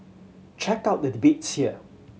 check out the debates here